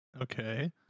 Okay